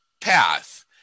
path